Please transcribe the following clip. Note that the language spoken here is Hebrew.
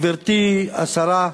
גברתי השרה,